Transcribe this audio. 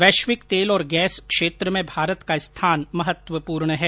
वैश्विक तेल और गैस क्षेत्र में भारत का स्थान महत्वपूर्ण है